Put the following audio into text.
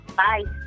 bye